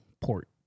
port